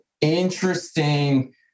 interesting